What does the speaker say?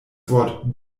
wort